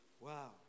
Wow